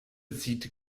sieht